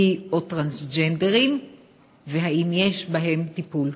בי או טרנסג'נדרים והאם יש בהם טיפול?